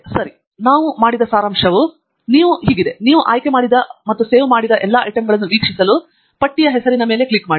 ಸರಿ ಇಲ್ಲಿ ನಾವು ಮಾಡಿದ ಸಾರಾಂಶವು ನೀವು ಆಯ್ಕೆ ಮಾಡಿದ ಮತ್ತು ಉಳಿಸಿದ ಎಲ್ಲಾ ಐಟಂಗಳನ್ನು ವೀಕ್ಷಿಸಲು ಪಟ್ಟಿಯ ಹೆಸರಿನ ಮೇಲೆ ಕ್ಲಿಕ್ ಮಾಡಿ